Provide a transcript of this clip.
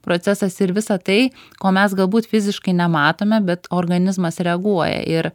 procesas ir visa tai ko mes galbūt fiziškai nematome bet organizmas reaguoja ir